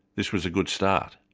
this was a good start.